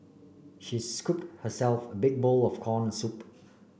she scoop herself a big bowl of corn soup